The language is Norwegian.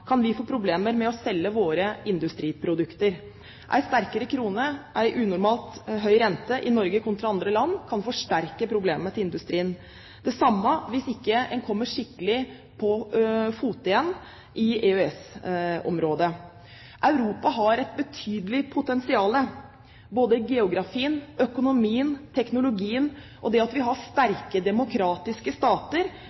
kan vi få problemer med å selge våre industriprodukter. En sterkere krone og en unormalt høy rente i Norge kontra i andre land kan forsterke industriens problemer – og likedan hvis EØS-området ikke kommer skikkelig på fote igjen. Europa har et betydelig potensial. Geografien, økonomien, teknologien og det at